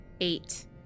Eight